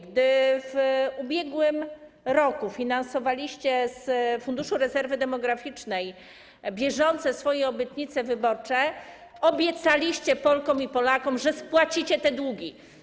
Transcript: Gdy w ubiegłym roku finansowaliście z Funduszu Rezerwy Demograficznej swoje obietnice wyborcze, obiecaliście Polkom i Polakom, że spłacicie te długi.